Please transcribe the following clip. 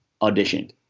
auditioned